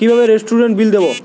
কিভাবে রেস্টুরেন্টের বিল দেবো?